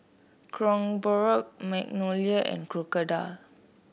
Kronenbourg Magnolia and Crocodile